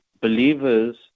believers